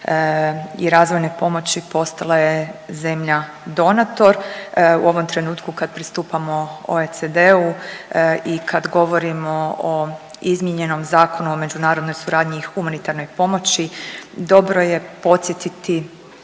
i razvoje pomoći postala je zemlja donator. U ovom trenutku kad pristupamo OECD-u i kad govorimo o izmijenjenom Zakonu o međunarodnoj suradnji i humanitarnoj pomoći dobro je podsjetiti